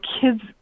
kids